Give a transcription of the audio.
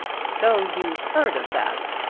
so you've heard of that.